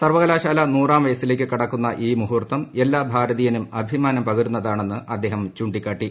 സർവ്വകലാശാല നൂറാം വയസ്സിലേക്ക് കടക്കുന്ന ഈ മുഹൂർത്തം എല്ലാ ഭാരതീയനും അഭിമാനം പകരുന്നതാണെന്ന് അദ്ദേഹം ചൂണ്ടിക്കാട്ടി